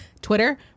Twitter